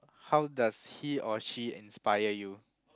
how does he or she inspire you